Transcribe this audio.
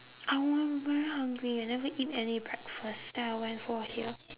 I want very hungry I never eat any breakfast then I went for here